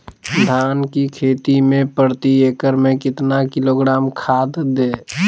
धान की खेती में प्रति एकड़ में कितना किलोग्राम खाद दे?